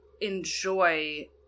enjoy